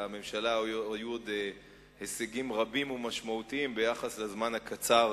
שלממשלה היו עוד הישגים רבים ומשמעותיים בזמן הקצר